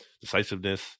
decisiveness